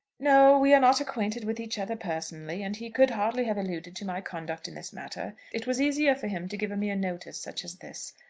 no we are not acquainted with each other personally, and he could hardly have alluded to my conduct in this matter. it was easier for him to give a mere notice such as this.